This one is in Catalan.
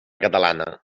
catalana